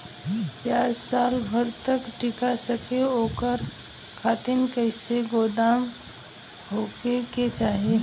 प्याज साल भर तक टीका सके ओकरे खातीर कइसन गोदाम होके के चाही?